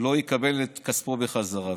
לא יקבל את כספו בחזרה.